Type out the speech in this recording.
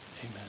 Amen